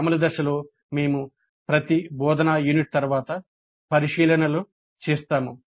అమలు దశలో మేము ప్రతి బోధనా యూనిట్ తర్వాత పరిశీలనలు చేసాము